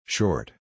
Short